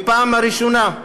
בפעם הראשונה,